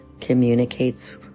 communicates